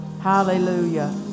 hallelujah